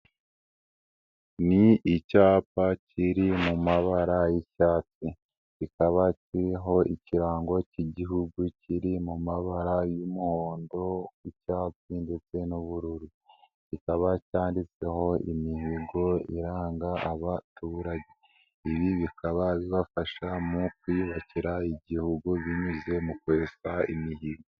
Ni icyapa kiri mu mabara y'icyatsi. Kikaba kiriho ikirango cy'igihugu kiri mu mabara y'umuhondo, icyatsi ndetse n'ubururu. Kikaba cyanditseho imihigo iranga abaturage. Ibi bikababafasha mu kwiyubakira igihugu binyuze mu kwesa imihigo.